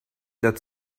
that